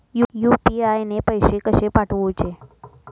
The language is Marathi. यू.पी.आय ने पैशे कशे पाठवूचे?